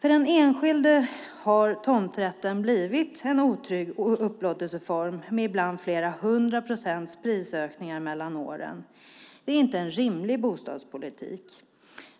För den enskilde har tomträtten blivit en otrygg upplåtelseform med ibland flera hundra procents prisökning mellan åren. Det är inte en rimlig bostadspolitik.